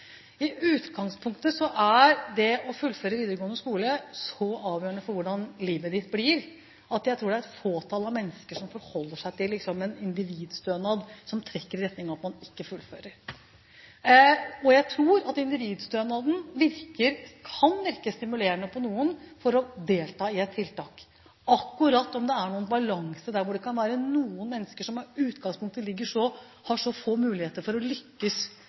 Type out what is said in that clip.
I utgangspunktet er det å fullføre videregående skole så avgjørende for hvordan livet ditt blir, at jeg tror det er et fåtall mennesker som forholder seg til en individstønad som trekker i retning av at man ikke fullfører. Jeg tror individstønaden kan virke stimulerende på noen, slik at de deltar i et tiltak. Om det er en balanse der hvor det kan være noen mennesker som i utgangspunktet har så få muligheter for å lykkes